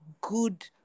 good